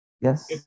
Yes